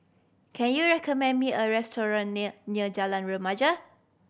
can you recommend me a restaurant near near Jalan Remaja